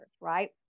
right